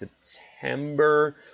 September